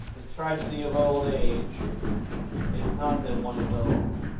the tragedy of old age is not that one is old,